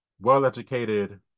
well-educated